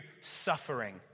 suffering